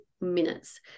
minutes